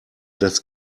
das